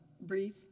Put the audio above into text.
brief